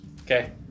Okay